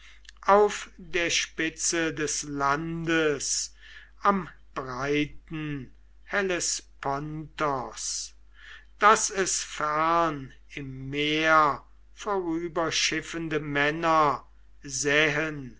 auf der spitze des landes am breiten hellespontos daß es fern im meere vorüberschiffende männer sähen